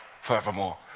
furthermore